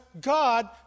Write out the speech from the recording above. God